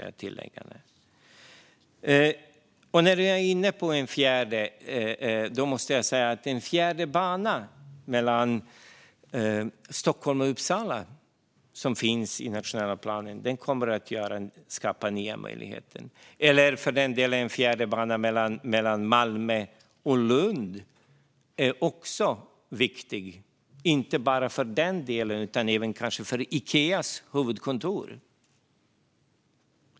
Jag måste också säga att ett fjärde spår mellan Stockholm och Uppsala, som ju finns i den nationella planen, kommer att skapa nya möjligheter. Eller för den delen en fjärde bana mellan Malmö och Lund. Det är också viktigt, inte bara för den landsdelen utan också kanske för Ikeas huvudkontor.